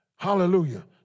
Hallelujah